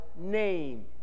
name